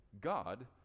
God